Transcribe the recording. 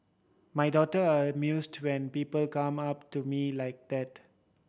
my daughter are amused when people come up to me like that